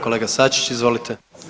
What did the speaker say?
Kolega Sačić, izvolite.